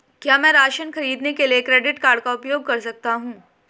क्या मैं राशन खरीदने के लिए क्रेडिट कार्ड का उपयोग कर सकता हूँ?